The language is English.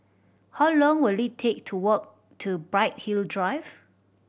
how long will it take to walk to Bright Hill Drive